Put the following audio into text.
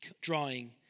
drawing